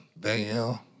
Danielle